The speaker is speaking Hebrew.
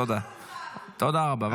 תודה רבה.